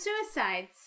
Suicides